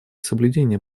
соблюдение